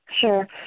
Sure